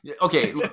Okay